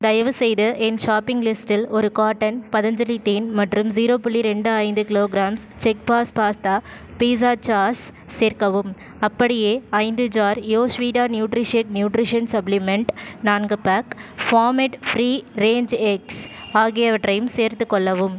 தயவுசெய்து என் ஷாப்பிங் லிஸ்ட்டில் ஒரு கார்ட்டன் பதஞ்சலி தேன் மற்றும் ஜீரோ புள்ளி இரண்டு ஐந்து kilograms chef's pasta pizza sauce சேர்க்கவும் அப்படியே ஐந்து ஜார் யோஸ்விட்டா நியூட்ரிஷேக் நியூட்ரிஷன் சப்ளிமெண்ட் நான்கு pack farm made free range eggs ஆகியவற்றையும் சேர்த்துக்கொள்ளவும்